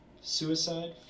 Suicide